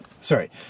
sorry